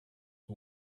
who